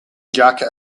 jacket